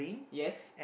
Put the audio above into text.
yes